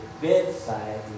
bedside